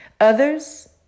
Others